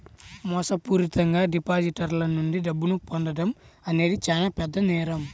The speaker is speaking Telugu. మోసపూరితంగా డిపాజిటర్ల నుండి డబ్బును పొందడం అనేది చానా పెద్ద నేరం